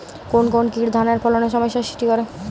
কোন কোন কীট ধানের ফলনে সমস্যা সৃষ্টি করে?